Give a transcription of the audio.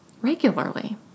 regularly